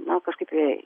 na kažkaip jai